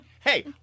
Hey